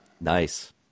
Nice